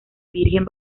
virgen